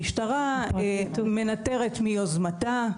המשטרה מנטרת מיוזמתה,